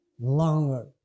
longer